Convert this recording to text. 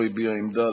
לא הביעה עמדה,